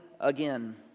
again